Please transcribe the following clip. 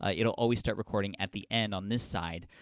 ah it'll always start recording at the end on this side.